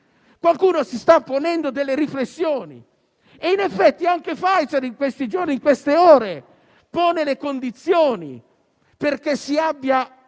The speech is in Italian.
Qualcuno si sta ponendo delle riflessioni e in effetti anche Pfizer in questi giorni e in queste ore pone le condizioni perché si abbia